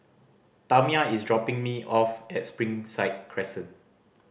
Tamia is dropping me off at Springside Crescent